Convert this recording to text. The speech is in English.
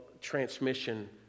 transmission